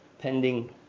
pending